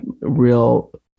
real